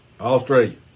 Australia